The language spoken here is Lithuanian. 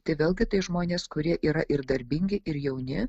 tai vėlgi tai žmonės kurie yra ir darbingi ir jauni